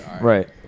Right